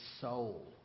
soul